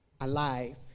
alive